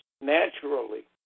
naturally